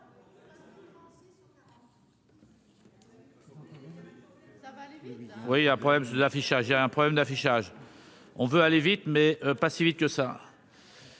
et un problème d'affichage, on veut aller vite, mais pas si vite que ça.